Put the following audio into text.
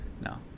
No